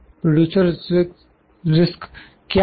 producer's risk producer's risk क्या है